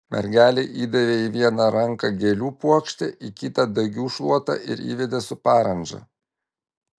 mergelei įdavė į vieną ranką gėlių puokštę į kitą dagių šluotą ir įvedė su parandža